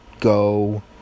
go